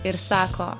ir sako